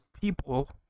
people